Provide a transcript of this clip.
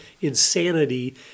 insanity